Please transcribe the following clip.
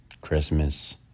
Christmas